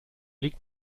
liegt